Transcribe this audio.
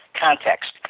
context